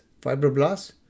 fibroblasts